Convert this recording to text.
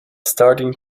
starting